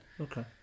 Okay